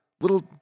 little